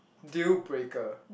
deal breaker